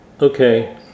okay